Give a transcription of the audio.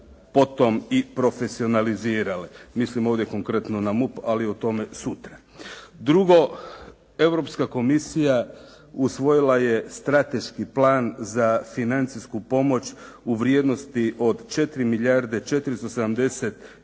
potom i profesionalizirale. Mislim ovdje konkretno na MUP, ali o tome sutra. Drugo. Europska komisija usvojila je strateški plan za financijsku pomoć u vrijednosti od 4 milijarde 470 milijuna